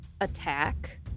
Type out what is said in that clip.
attack